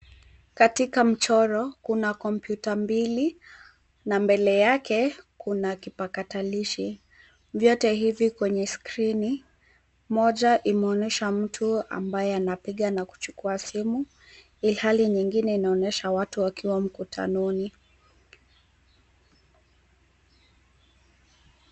Katika mchoro kuna kompyuta mbili na mbele yake kuna kipakatilishi, vyote hivi kwenye skrini, moja imeonesha mtu ambaye anapiga na kuchukua simu. Ilhali nyingine inaonyesha watu wakiwa mkutanoni.